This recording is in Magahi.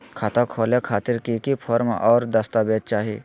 खाता खोले खातिर की की फॉर्म और दस्तावेज चाही?